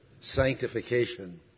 sanctification